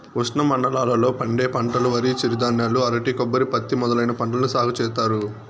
ఉష్ణమండలాల లో పండే పంటలువరి, చిరుధాన్యాలు, అరటి, కొబ్బరి, పత్తి మొదలైన పంటలను సాగు చేత్తారు